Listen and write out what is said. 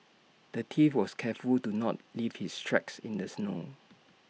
the thief was careful to not leave his tracks in the snow